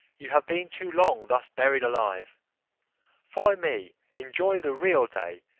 you have been too long thus buried alive follow me, enjoy the real day,